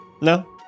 No